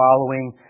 following